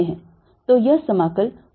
तो यह समाकल होने जा रहा है